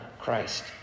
Christ